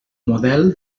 model